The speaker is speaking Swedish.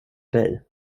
dig